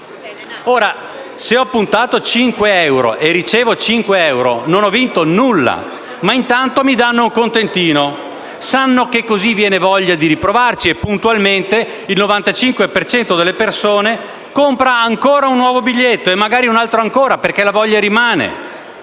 Se ho puntato 5 euro e ricevo 5 euro, non ho vinto nulla, ma intanto mi viene dato un contentino. Si sa che così viene voglia di riprovarci e, puntualmente, il 95 per cento delle persone compra un nuovo biglietto e magari un altro ancora, perché la voglia rimane.